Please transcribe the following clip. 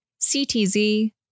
CTZ